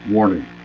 Warning